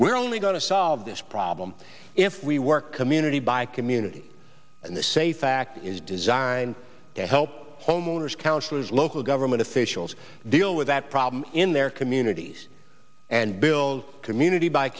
we're only going to solve this problem if we work community by community and they say fact is designed to help homeowners counselors local government officials deal with that problem in their communities and build community by